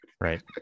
right